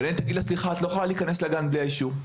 הגננת תאמר לה שהיא לא יכולה להיכנס לגן בלי האישור.